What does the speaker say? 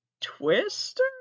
Twister